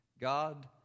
God